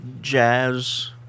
jazz